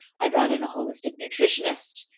i brought in a holistic nutritionist.